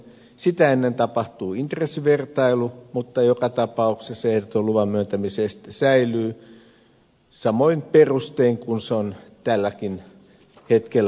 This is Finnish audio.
sitä ennen tapahtuu intressivertailu mutta joka tapauksessa ehdoton luvanmyöntämiseste säilyy samoin perustein kuin se on tälläkin hetkellä voimassa